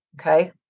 okay